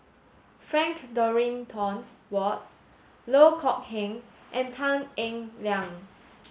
Frank Dorrington Ward Loh Kok Heng and Tan Eng Liang